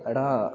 Eder